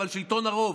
אבל שלטון הרוב.